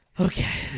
Okay